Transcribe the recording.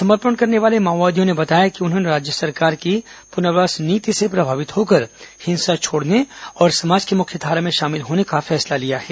समर्पण करने वाले माओवादियों ने बताया कि उन्होंने राज्य सरकार की पुनर्वास नीति से प्रभावित होकर हिंसा छोड़ने और समाज की मुख्यधारा में शामिल होने का फैसला लिया है